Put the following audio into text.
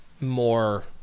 more